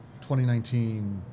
2019